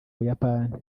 buyapani